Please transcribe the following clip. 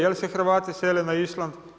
Jel se Hrvati sele na Island?